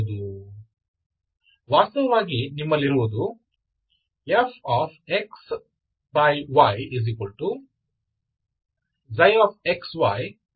ಆದ್ದರಿಂದ ವಾಸ್ತವವಾಗಿ ನಿಮ್ಮಲ್ಲಿರುವುದು Fxyξxy ηxy